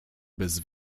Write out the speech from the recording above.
bez